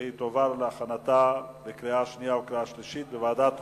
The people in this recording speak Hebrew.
והיא תועבר להכנתה לקריאה שנייה ושלישית לוועדת החוקה,